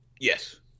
Yes